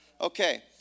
Okay